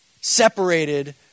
Separated